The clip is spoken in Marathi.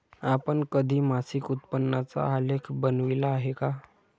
आपण कधी मासिक उत्पन्नाचा आलेख बनविला आहे का?